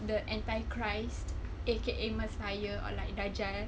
the anti christ A_K_A messiah or like dajjal